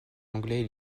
anglais